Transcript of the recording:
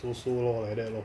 so so lor like that lor